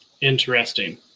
Interesting